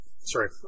sorry